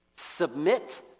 submit